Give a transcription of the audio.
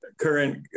current